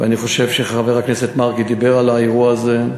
ואני חושב שחבר הכנסת מרגי דיבר על האירוע הזה,